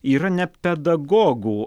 yra ne pedagogų